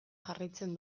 jarraitzen